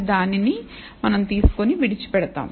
దానిని మనం తీసుకొని విడిచి పెడతాం